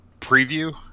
preview